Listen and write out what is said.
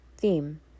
theme